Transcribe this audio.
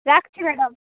রাখছি ম্যাডাম